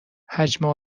حجم